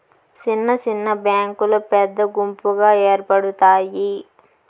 సిన్న సిన్న బ్యాంకులు పెద్ద గుంపుగా ఏర్పడుతాయి